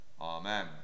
Amen